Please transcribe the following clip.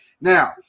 Now